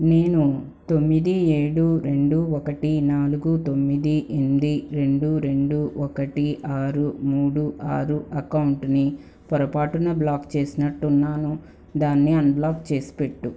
నేను తొమ్మిది ఏడు రెండు ఒకటి నాలుగు తొమ్మిది ఎంమ్ది రెండు రెండు ఒకటి ఆరు మూడు ఆరు అకౌంటుని పొరపాటున బ్లాక్ చేసినట్టున్నాను దాన్ని అన్బ్లాక్ చేసిపెట్టు